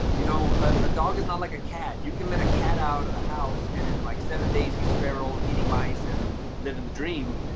you know, a dog is not like a cat. you can let a cat out of the house. and in, like seven days, he's feral, eating mice and living the dream.